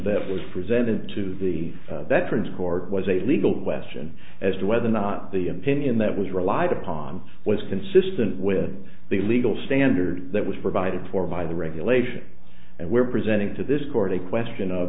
that was presented to the veterans court was a legal question as to whether or not the opinion that was relied upon was consistent with the legal standard that was provided for by the regulation and were presenting to this court a question of